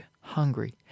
hungry